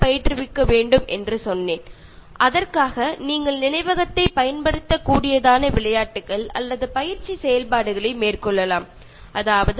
അതുകൂടാതെ ഞാൻ പറഞ്ഞിരുന്നു നിങ്ങൾക്ക് ചില കളികളും ചില പ്രത്യേക കാര്യങ്ങളും ചെയ്തു കൊണ്ട് നിങ്ങളുടെ ഓർമ ശക്തി കൂട്ടാൻ പരിശീലിക്കാവുന്നതാണ് എന്ന്